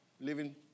living